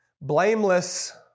Blameless